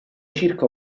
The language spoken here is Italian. circa